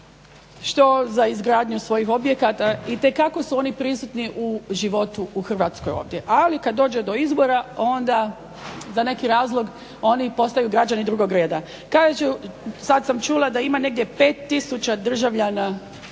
što za izgradnju svojih objekata. Itekako su oni prisutni u životu u Hrvatskoj ovdje. Ali kad dođe do izbora onda za neki razlog oni postaju građani drugog reda. Kažu, sad sam čula da ima negdje 5 tisuća državljana